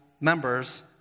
members